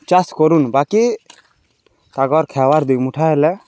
ଚାଷ୍ କରୁନ୍ ବାକି ତାକର୍ ଖାଏବାର୍ ଦି ମୁଠା ହେଲେ